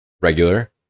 Regular